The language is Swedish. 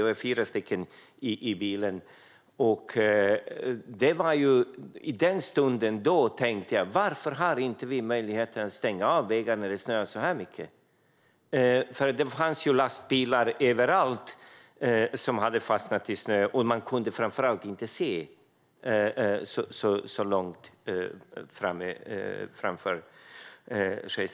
Vi var fyra i bilen. I den stunden tänkte jag: Varför har vi inte möjlighet att stänga av vägar när det snöar så mycket? Det fanns lastbilar överallt som hade fastnat i snön, och man kunde framför allt inte se så långt framför sig.